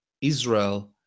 Israel